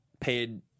paid